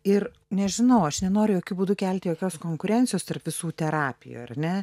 ir nežinau aš nenoriu jokiu būdu kelti jokios konkurencijos tarp visų terapijų ar ne